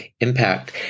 impact